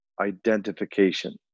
identification